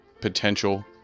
potential